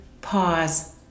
pause